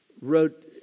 wrote